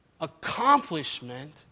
accomplishment